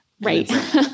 Right